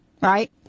Right